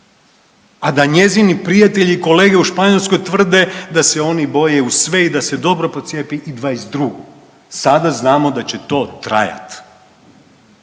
a da njezini prijatelji i kolege u Španjolskoj tvrde da se oni boje u sve i da se dobro procijepi i '22., sada znamo da će to trajat.